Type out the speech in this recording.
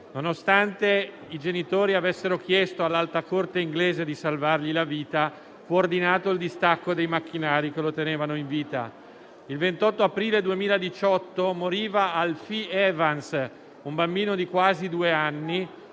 Nonostante i genitori avessero chiesto all'Alta corte inglese di salvargli la vita, fu ordinato il distacco dei macchinari che lo tenevano in vita. Il 28 aprile 2018 moriva Alfie Evans, un bambino di quasi due anni.